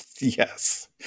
Yes